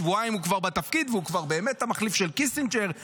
שבועיים הוא כבר בתפקיד והוא כבר באמת המחליף של קיסינג'ר,